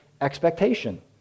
expectation